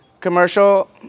commercial